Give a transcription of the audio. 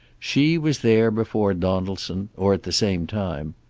she was there before donaldson, or at the same time,